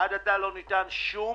עד עתה לא ניתן שום